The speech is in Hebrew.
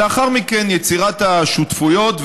לאחר מכן יצירת השותפויות,